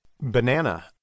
banana